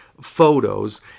photos